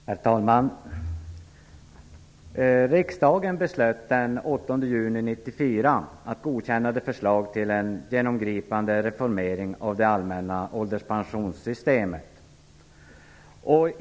Herr talman! Riksdagen beslöt den 8 juni 1994 att godkänna förslag till en genomgripande reformering av det allmänna ålderspensionssystemet.